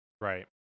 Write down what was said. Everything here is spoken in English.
Right